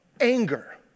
anger